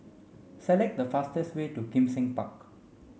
select the fastest way to Kim Seng Park